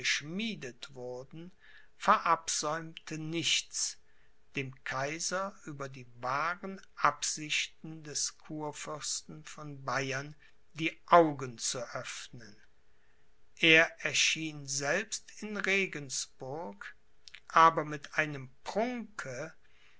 geschmiedet wurden verabsäumte nichts dem kaiser über die wahren absichten des kurfürsten von bayern die augen zu öffnen er erschien selbst in regensburg aber mit einem prunke